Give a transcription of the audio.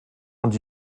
und